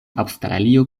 aŭstralio